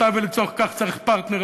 ולצורך כך צריך פרטנר,